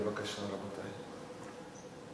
בבקשה, רבותי.